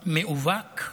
מאובק,